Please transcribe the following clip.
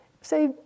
say